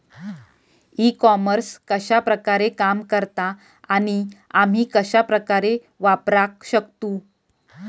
E commerce कश्या प्रकारे काम करता आणि आमी कश्या प्रकारे वापराक शकतू?